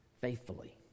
faithfully